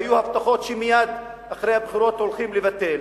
והיו הבטחות שמייד אחרי הבחירות הולכים לבטל,